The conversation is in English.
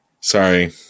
sorry